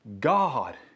God